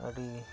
ᱟᱹᱰᱤ